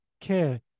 care